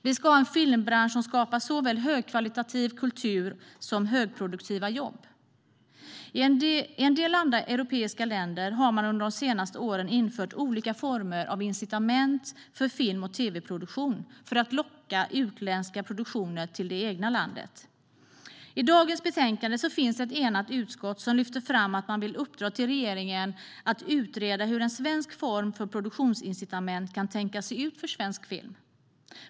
Vi ska ha en film-bransch som skapar såväl högkvalitativ kultur som högproduktiva jobb. I en del andra europeiska länder har man under de senaste åren infört olika former av incitament för film och tv-produktion för att locka utländska produktioner till det egna landet. I dagens betänkande lyfter ett enigt utskott fram att man vill att riksdagen uppdrar åt regeringen att utreda hur en svensk form för produktionsincitament kan tänkas se ut för svensk film.